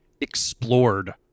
explored